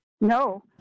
No